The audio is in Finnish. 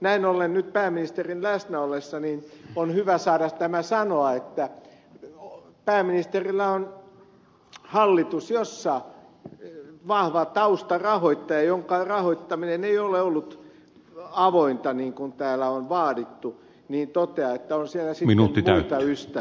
näin ollen nyt pääministerin läsnä ollessa on hyvä saada tämä sanoa että pääministerillä on hallitus josta vahva taustarahoittaja jonka rahoittaminen ei ole ollut avointa niin kuin täällä on vaadittu toteaa että on siellä sitten muita ystäviä